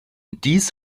dies